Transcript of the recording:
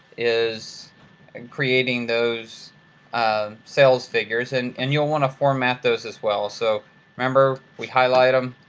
is in creating those um sales figures. and and you'll want to format those as well. so remember we highlight them,